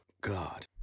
God